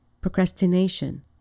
procrastination